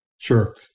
Sure